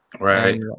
Right